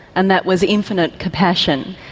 and that was infinite compassion.